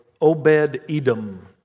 Obed-Edom